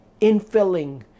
infilling